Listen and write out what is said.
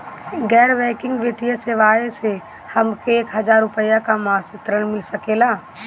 गैर बैंकिंग वित्तीय सेवाएं से हमके एक हज़ार रुपया क मासिक ऋण मिल सकेला?